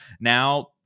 Now